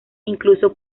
incluso